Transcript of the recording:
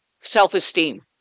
self-esteem